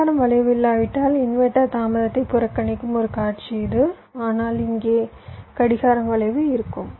கடிகாரம் வளைவு இல்லாவிட்டால் இன்வெர்ட்டர் தாமதத்தை புறக்கணிக்கும் ஒரு காட்சி இது ஆனால் இங்கே கடிகாரம் வளைவு இருக்கும்